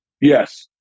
Yes